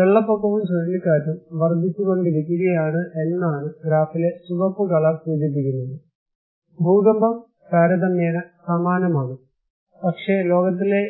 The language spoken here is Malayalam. വെള്ളപ്പൊക്കവും ചുഴലിക്കാറ്റും വർധിച്ചുകൊണ്ടിരിക്കുകയാണ് എന്നാണ് ഗ്രാഫിലെ ചുവപ്പ് കളർ സൂചിപ്പിക്കുന്നത് ഭൂകമ്പം താരതമ്യേന സമാനമാണ് പക്ഷേ ലോകത്തിലെ